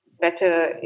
better